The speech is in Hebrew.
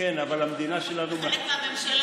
כן, כן, אבל המדינה שלנו, אתה חלק מהממשלה.